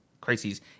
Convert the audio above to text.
crises